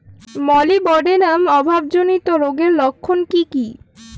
Molybdenum অভাবজনিত রোগের লক্ষণ কি কি?